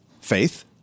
Faith